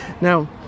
Now